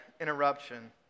interruption